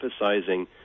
emphasizing